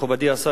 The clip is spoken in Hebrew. מכובדי השר,